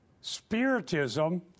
Spiritism